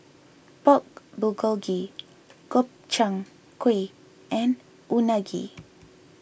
Pork Bulgogi Gobchang Gui and Unagi